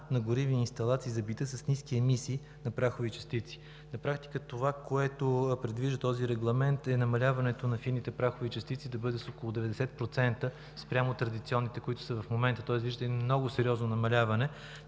на горивни инсталации за бита с ниски емисии на прахови частици. На практика това, което предвижда този Регламент, е намаляването на фините прахови частици да бъде с около 90% спрямо традиционните, които са в момента. Тоест виждате едно много сериозно намаляване,